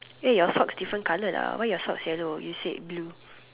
eh your sock different colour lah why your socks yellow you said blue